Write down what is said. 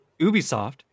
ubisoft